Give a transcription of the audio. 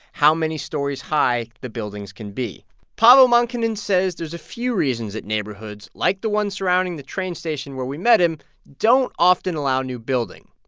how many stories high the buildings can be. paavo monkkonen says there's a few reasons that neighborhoods like the one surrounding the train station where we met him don't often allow new building.